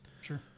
Sure